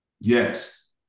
yes